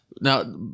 Now